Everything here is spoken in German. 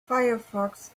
firefox